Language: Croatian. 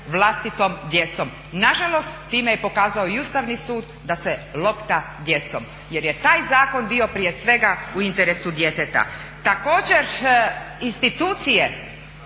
vlastitom djecom. Na žalost, time je pokazao i Ustavni sud da se lopta djecom jer je taj zakon bio prije svega u interesu djeteta. Također institucije,